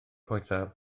poethaf